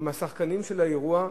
הם השחקנים של האירוע,